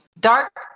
dark